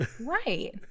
Right